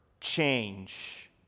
change